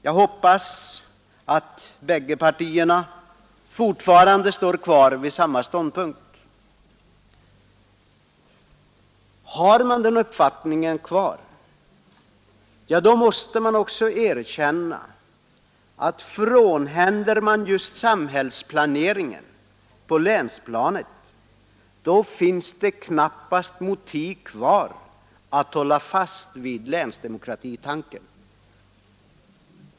Jag hoppas att bägge partierna fortfarande står vid samma ståndpunkt. Har man den uppfattningen kvar, ja, då måste man också erkänna att avskaffar man just samhällsplaneringen på länsplanet, då finns det knappast längre motiv för att hålla fast vid länsdemokratitanken.